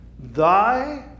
Thy